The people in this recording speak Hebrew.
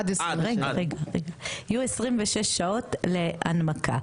עד 26. יהיו 26 שעות להנמקה.